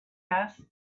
asked